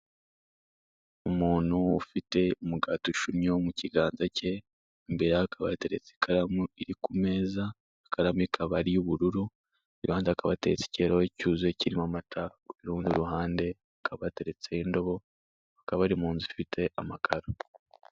Umuntu ufite umugati ushunnyeho mu kiganza ke imbereye hakaba hateretse ikaramu iri kumeza ikaramu ikaba ariyubururu iruhande hakaba hateretse ikirahure cy'uzuye kirimo amata, kurundi ruhande hakaba hateretse yo indobo bakaba bari mu nzu ifite amakaro.